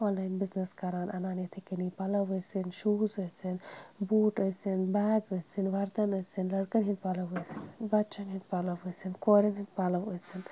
online business کَران اَنان یِتھے کٔنی پَلو ٲسِنۍ شوٗز ٲسِنۍ بوٗٹھ ٲسِنۍ بیگ ٲسِنۍ وَردَن ٲسِنۍ لٔڑکَن ہِنٛدۍ پَلو ٲسِنۍ بَچَن ہِنٛدۍ پَلو ٲسِنۍ کورٮ۪ن ہِنٛدۍ پَلو ٲسِنۍ